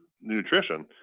nutrition